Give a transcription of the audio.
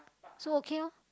so okay loh